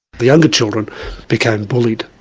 the younger children became bullied,